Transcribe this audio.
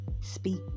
speak